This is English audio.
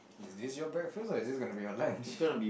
is this your breakfast or is this gonna be your lunch